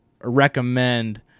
recommend